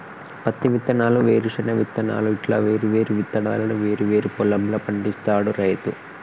పత్తి విత్తనాలు, వేరుశన విత్తనాలు ఇట్లా వేరు వేరు విత్తనాలను వేరు వేరు పొలం ల పండిస్తాడు రైతు